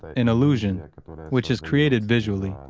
an illusion but which is created visually.